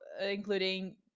including